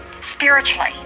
spiritually